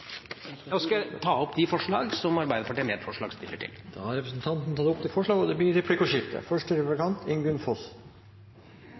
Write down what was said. ta opp de forslag som Arbeiderpartiet er medforslagsstiller til. Representanten Knut Storberget har tatt opp de forslagene han refererte til. Det blir replikkordskifte.